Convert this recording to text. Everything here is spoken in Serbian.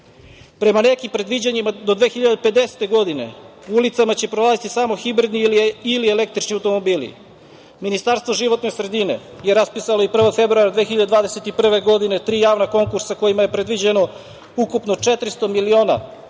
Prema nekim predviđanjima, do 2050. godine ulicama će prolaziti samo hibridni ili električni automobili. Ministarstvo životne sredine je raspisalo 1. februara 2021. godine tri javna konkursa kojima je predviđeno ukupno 400 miliona dinara